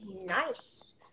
Nice